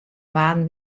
waarden